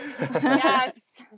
Yes